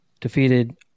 defeated